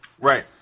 Right